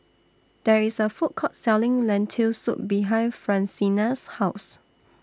There IS A Food Court Selling Lentil Soup behind Francina's House